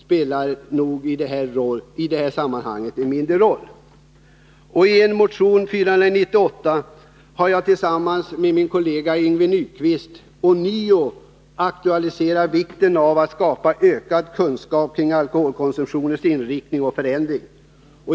spelar nog en mindre roll i sammanhanget. I motion 498 har jag tillsammans med min kollega Yngve Nyquist ånyo aktualiserat vikten av att skapa ökad kunskap kring alkoholkonsumtionens inriktning och förändring.